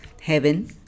heaven